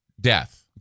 Death